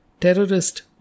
terrorist